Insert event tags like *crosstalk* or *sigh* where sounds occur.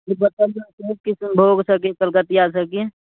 *unintelligible* किशन भोगसभके कलकतिआसभके